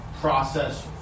process